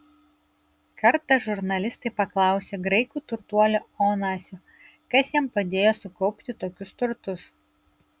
kartą žurnalistai paklausė graikų turtuolio onasio kas jam padėjo sukaupti tokius turtus